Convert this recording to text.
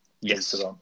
Yes